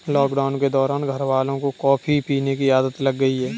lockdown के दौरान घरवालों को कॉफी पीने की आदत लग गई